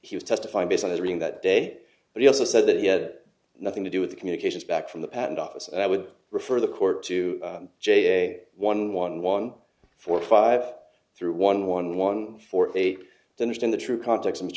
he was testifying based on his reading that day but he also said that he had nothing to do with the communications back from the patent office and i would refer the court to j one one one four five through one one one four eight to understand the true context